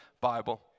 Bible